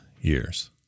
years